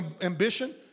ambition